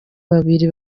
babiri